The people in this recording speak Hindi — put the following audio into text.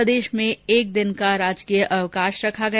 प्रदेश में एक दिन का राजकीय अवकाश रखा गया